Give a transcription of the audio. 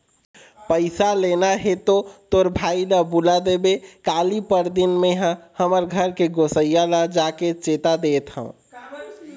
पइसा लेना हे तो तोर भाई ल बुला देबे काली, परनदिन में हा हमर घर के गोसइया ल जाके चेता देथव